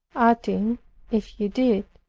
adding if he did,